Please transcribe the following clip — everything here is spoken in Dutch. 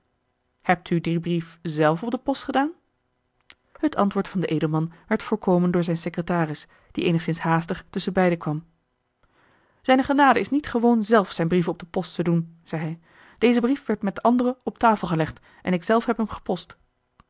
hebt u dien brief zelf op de post gedaan het antwoord van den edelman werd voorkomen door zijn secretaris die eenigszins haastig tusschenbeide kwam zijne genade is niet gewoon zelf zijn brieven op de post te doen zei hij deze brief werd met andere op tafel gelegd en ik zelf heb hem gepost